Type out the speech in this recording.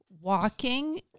walking